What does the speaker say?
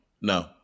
no